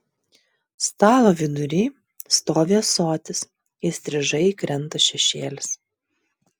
stalo vidury stovi ąsotis įstrižai krenta šešėlis